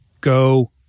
Go